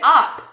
up